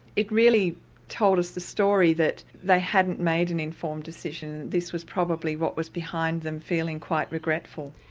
it really told us the story that they hadn't made an informed decision, this was probably what was behind them feeling quite regretful.